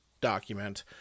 document